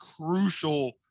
crucial